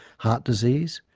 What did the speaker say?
heart disease,